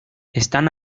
están